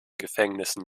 gefängnissen